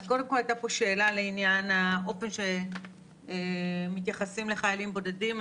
הייתה פה שאלה לעניין האופן שמתייחסים לחיילים בודדים.